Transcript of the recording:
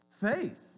Faith